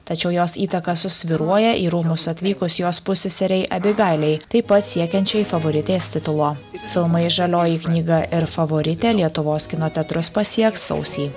tačiau jos įtaka susvyruoja į rūmus atvykus jos pusseserei abigailei taip pat siekiančiai favoritės titulo filmai žalioji knyga ir favoritė lietuvos kino teatrus pasieks sausį